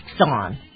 on